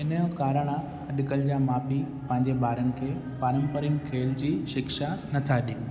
इन जो कारणु आहे अॼु कल्ह जा माउ पीउ पंहिंजे ॿारनि खे पारम्परिकु खेल जी शिक्षा नथा ॾियनि